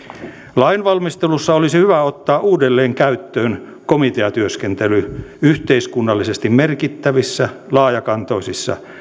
lainvalmistelussa olisi hyvä ottaa uudelleen käyttöön komiteatyöskentely yhteiskunnallisesti merkittävissä laajakantoisissa